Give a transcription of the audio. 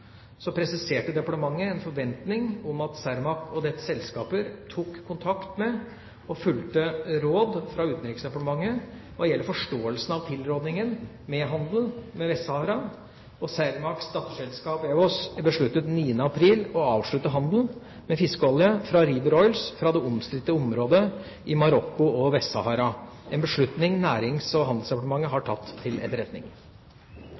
presiserte departementet en forventning om at Cermaq og dets selskaper tok kontakt med og fulgte råd fra Utenriksdepartementet hva gjelder forståelsen av tilrådningen om handel med Vest-Sahara. Cermaqs datterselskap EWOS besluttet 9. april å avslutte handelen med fiskeolje fra Rieber Oils fra det omstridte området i Marokko og Vest-Sahara, en beslutning Nærings- og handelsdepartementet har tatt til etterretning.